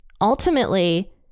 ultimately